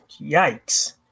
yikes